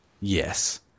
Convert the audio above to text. Yes